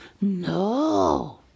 no